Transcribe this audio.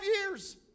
years